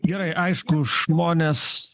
gerai aišku žmonės